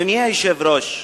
גם ליהודי מותר לבוא ולהתפלל?